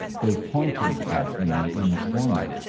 they pointed at me in the corner,